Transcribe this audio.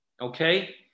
okay